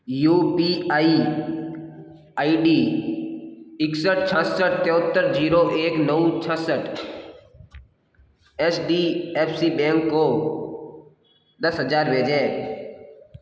you P I I D इकसठ छियासठ तिहत्तर जीरो एक नौ छियासठ H D F C bank को दस हज़ार भेजें